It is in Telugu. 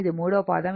ఇది మూడవ పాదం